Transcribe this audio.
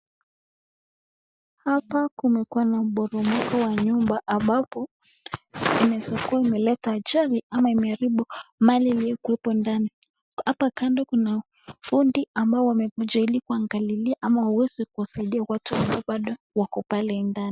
Hapa kumekuwa na mporomoko wa nyumba ambapo inaeza kuwa imeleta ajali ama imeharibu mali iliyokuwepo ndani. Hapa kando kuna fundi ambao wakuja ili kuangalilia ama waweze kusaidia watu ambao wako pale ndani.